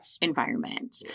environment